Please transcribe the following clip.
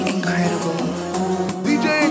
Incredible